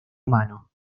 humano